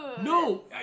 No